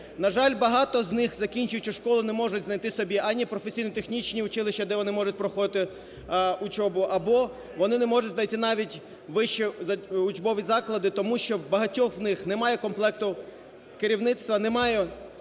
На жаль, багато з них, закінчуючи школу, не можуть знайти собі ані професійно-технічні училища, де вони можуть проходи учебу, або вони не можуть найти навіть вищі учбові заклади, тому що у багатьох з них немає комплекту керівництва, немає